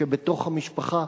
שבתוך המשפחה,